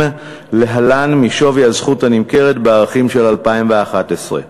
להלן משווי הזכות הנמכרת בערכים של 2011: